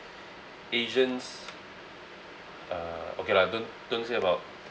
asians uh okay lah don't don't say about